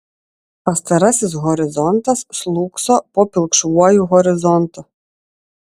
pastarasis horizontas slūgso po pilkšvuoju horizontu